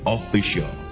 Official